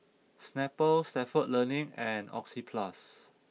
Snapple Stalford Learning and Oxyplus